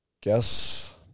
guess